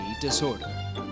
Disorder